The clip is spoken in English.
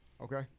Okay